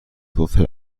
würfel